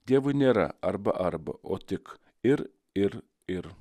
dievui nėra arba arba o tik ir ir ir